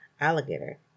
Alligator